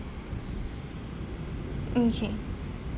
okay